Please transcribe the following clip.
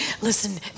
listen